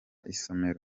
isomero